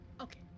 Okay